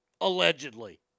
allegedly